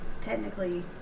technically